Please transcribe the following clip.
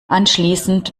anschließend